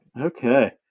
Okay